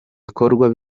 bikorwa